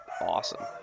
awesome